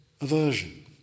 aversion